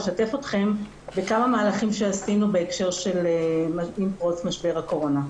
אשתף אתכם בכמה מהלכים שעשינו מאז פרוץ משבר הקורונה.